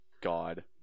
God